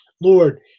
Lord